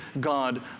God